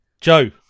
Joe